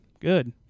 Good